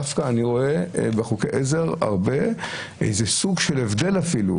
דווקא אני רואה בחוקי עזר איזה סוג של הבדל אפילו,